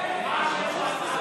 מה השם של הצעת החוק?